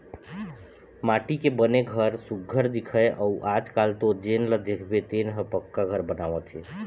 माटी के बने घर सुग्घर दिखय अउ आजकाल तो जेन ल देखबे तेन ह पक्का घर बनवावत हे